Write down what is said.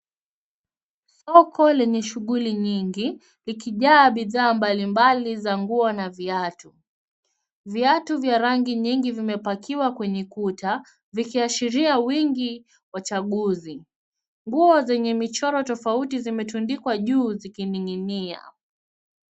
Soko lenye shughuli nyingi likijaa bidhaa mbalimbali za nguo na viatu. Viatu vya rangi nyingi vimepakiwa kwenye kuta vikiashiria wingi wa chaguzi. Nguo zenye michoro tofauti zimetundikwa juu zikiningingia.